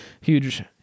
huge